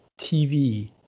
TV